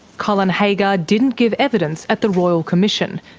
colin haggar didn't give evidence at the royal commission,